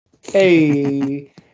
hey